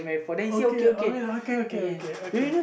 okay I mean okay okay okay okay okay